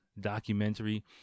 documentary